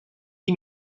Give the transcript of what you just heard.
qui